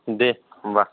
दे होनबा